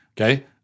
okay